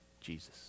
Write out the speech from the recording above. Jesus